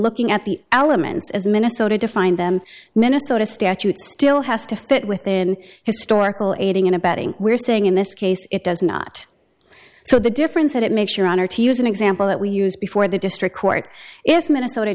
looking at the elements as minnesota defined them minnesota statute still has to fit within historical aiding and abetting we're saying in this case it does not so the difference that it makes your honor to use an example that we use before the district court if minnesota